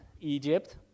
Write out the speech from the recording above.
Egypt